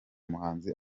muhanzi